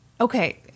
Okay